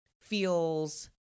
feels